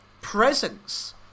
presence